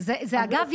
זה אגב,